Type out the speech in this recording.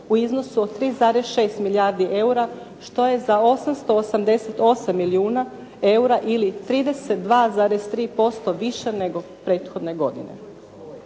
u iznosu od 3,6 milijardi EUR-a što je za 888 milijuna EUR-a ili 32,3% više nego prethodne godine.